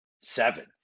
Seven